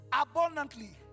abundantly